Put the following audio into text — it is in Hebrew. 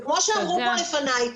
כמו שאמרו פה לפניי,